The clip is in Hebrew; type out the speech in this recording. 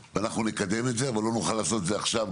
ואנחנו נקדם את זה אבל לא נוכל לעשות את זה עכשיו,